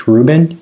Rubin